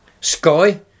Sky